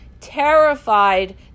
terrified